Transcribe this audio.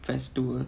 fence to a